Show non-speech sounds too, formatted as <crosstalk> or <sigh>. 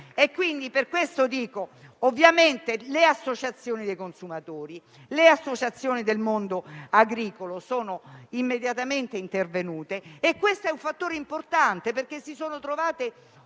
<applause> Le associazioni dei consumatori e del mondo agricolo sono immediatamente intervenute e questo è un fattore importante, perché si sono trovate